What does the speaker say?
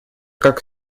как